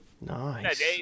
nice